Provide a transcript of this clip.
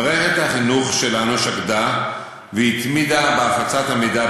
מערכת החינוך שלנו שקדה והתמידה בהפצת המידע,